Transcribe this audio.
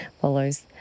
follows